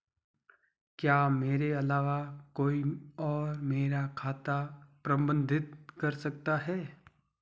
क्या मेरे अलावा कोई और मेरा खाता प्रबंधित कर सकता है?